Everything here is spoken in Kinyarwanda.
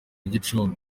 gicumbi